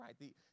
right